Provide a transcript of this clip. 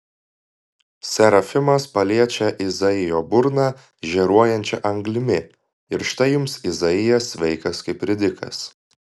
serafimas paliečia izaijo burną žėruojančia anglimi ir štai jums izaijas sveikas kaip ridikas